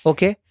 Okay